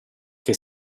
che